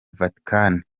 vatikani